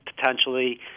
potentially